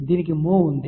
దీనికి mho ఉంది